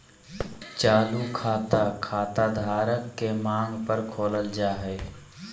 चालू खाता, खाता धारक के मांग पर खोलल जा हय